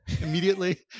Immediately